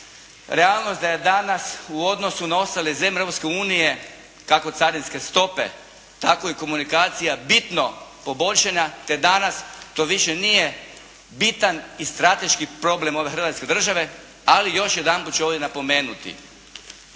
realnost da je danas u odnosu na ostale zemlje Europske unije, kako carinske stope, tako i komunikacija bitno poboljšana te danas to više nije bitan i strateški problem ove hrvatske države. Ali još jedanput ću ovdje napomenuti.